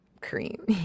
cream